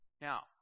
Now